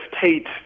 Tate